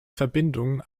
verbindungen